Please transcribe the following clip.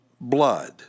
blood